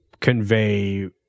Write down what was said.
convey